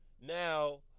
Now